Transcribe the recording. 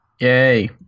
Yay